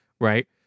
right